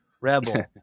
rebel